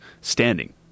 Standing